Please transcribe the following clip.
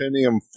Pentium